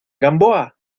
gamboa